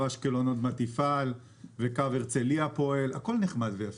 אשקלון עוד מעט יפעל וקו הרצלייה פועל זה נחמד ויפה,